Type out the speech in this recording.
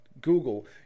Google